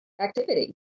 activity